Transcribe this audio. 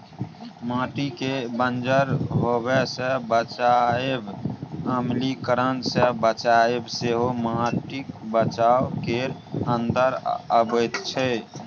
माटिकेँ बंजर होएब सँ बचाएब, अम्लीकरण सँ बचाएब सेहो माटिक बचाउ केर अंदर अबैत छै